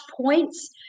points